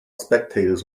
spectators